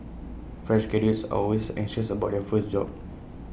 fresh graduates are always anxious about their first job